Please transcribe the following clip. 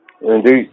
Indeed